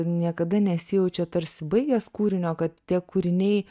niekada nesijaučia tarsi baigęs kūrinio kad tie kūriniai